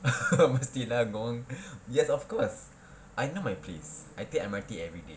mesti lah got one yes of course I know my place I take M_R_T everyday